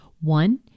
One